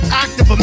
active